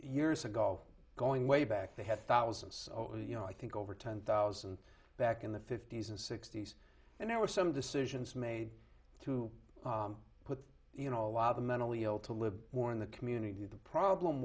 years ago going way back they had thousands you know i think over ten thousand back in the fifty's and sixty's and there were some decisions made to put you know a lot of the mentally ill to live or in the community the problem